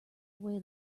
away